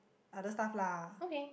other staff lah